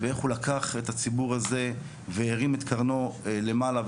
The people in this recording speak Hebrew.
איך הוא לקח את הציבור הזה והרים את קרנו למעלה.